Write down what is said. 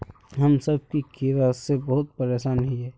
हम सब की कीड़ा से बहुत परेशान हिये?